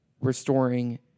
restoring